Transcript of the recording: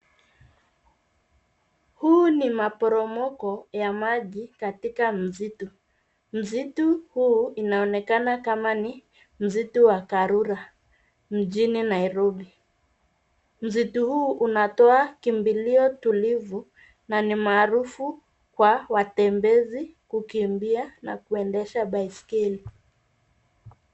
Huu ni maporomoko ya maji katika msitu. Msitu huu inaonekana kama ni msitu wa Karura mjini Nairobi. Msitu huu unatoa kimbilio tulivu na ni maarufu kwa watembezi kukimbia na kuendesha baiskeli.